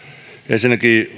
ensinnäkin